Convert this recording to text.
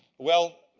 well,